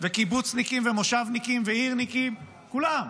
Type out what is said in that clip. וקיבוצניקים ומושבניקים ועירוניים, כולם,